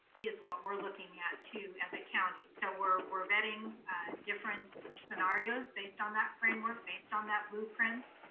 is what we're looking at, too, as a county. so we're we're vetting different scenarios based on that framework, based on that blueprint,